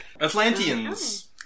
Atlanteans